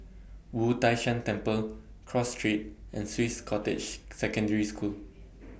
Wu Tai Shan Temple Cross Street and Swiss Cottage Secondary School